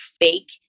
fake